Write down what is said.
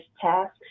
tasks